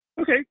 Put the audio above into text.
Okay